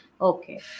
Okay